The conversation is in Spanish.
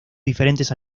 diferentes